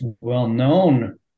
well-known